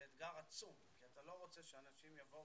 זה אתגר עצום כי אתה לא רוצה שאנשים יתלבטו,